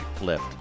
lift